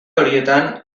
horietan